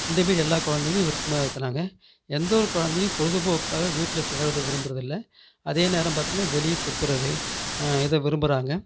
இந்தமாரி எல்லா குழந்தைகளும் விருப்பமா இருக்கிறாங்க எந்த ஒரு குழந்தையும் பொழுதுபோக்காக வீட்டில் செலவிட விரும்புறதில்லை அதே நேரம் பார்த்தீங்கன்னா வெளியே சுற்றுறது இதை விரும்புகிறாங்க